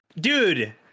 dude